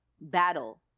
battle